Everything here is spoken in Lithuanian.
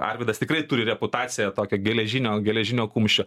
arvydas tikrai turi reputaciją tokią geležinio geležinio kumščio